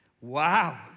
Wow